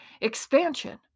expansion